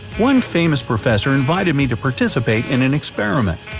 one famous professor invited me to participate in an experiment.